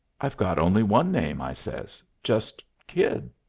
i've got only one name, i says. just kid.